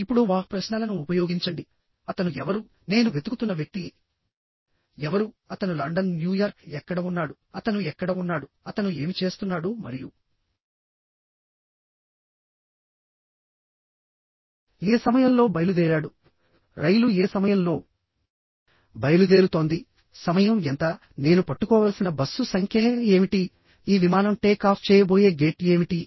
ఇప్పుడు WH ప్రశ్నలను ఉపయోగించండి అతను ఎవరు నేను వెతుకుతున్న వ్యక్తి ఎవరుఅతను లండన్ న్యూయార్క్ ఎక్కడ ఉన్నాడుఅతను ఎక్కడ ఉన్నాడు అతను ఏమి చేస్తున్నాడు మరియు ఏ సమయంలో బయలుదేరాడు రైలు ఏ సమయంలో బయలుదేరుతోంది సమయం ఎంతనేను పట్టుకోవలసిన బస్సు సంఖ్య ఏమిటి ఈ విమానం టేకాఫ్ చేయబోయే గేట్ ఏమిటి